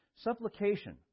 Supplication